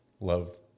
love